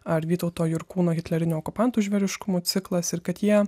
ar vytauto jurkūno hitlerinių okupantų žvėriškumų ciklas ir kad jie